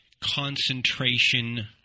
concentration